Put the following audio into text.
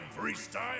Freestyle